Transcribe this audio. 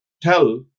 tell